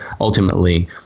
ultimately –